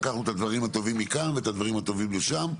לקחנו את הדברים הטובים מכאן ואת הדברים הטובים משם,